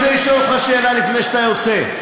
אני רוצה לשאול אותך שאלה לפני שאתה יוצא.